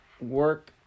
work